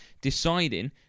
deciding